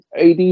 ad